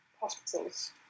hospitals